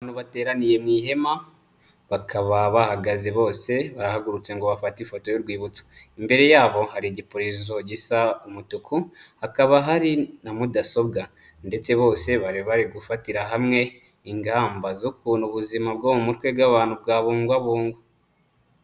Abantu bateraniye mu ihema, bakaba bahagaze bose, barahagurutse ngo bafate ifoto y'urwibutso, imbere yabo hari igipurizo gisa umutuku, hakaba hari na mudasobwa ndetse bose bari bari gufatira hamwe ingamba z'ukuntu ubuzima bwo mu mutwe bw'abantu bwabungwabungwa.